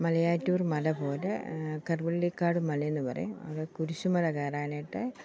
മലയാറ്റൂർ മല പോലെ കറുവള്ളിക്കാട് മലയെന്നു പറയും അവിടെ കുരിശു മല കയറാനായിട്ട്